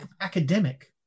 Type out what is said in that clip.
academic